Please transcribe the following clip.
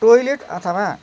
toilet अथवा